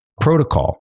protocol